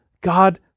God